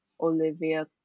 Olivia